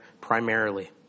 primarily